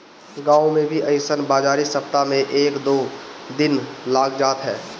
गांव में भी अइसन बाजारी सप्ताह में एक दू दिन लाग जात ह